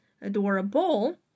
adorable